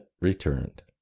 returned